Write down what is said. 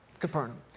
Capernaum